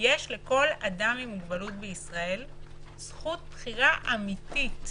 יש לכל אדם עם מוגבלות בישראל זכות בחירה אמיתית